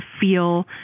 feel